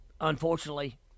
unfortunately